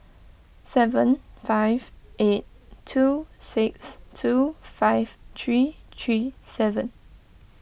seven five eight two six two five three three seven